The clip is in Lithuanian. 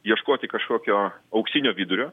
ieškoti kažkokio auksinio vidurio